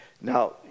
Now